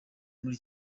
muri